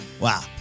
Wow